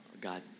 God